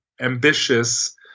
ambitious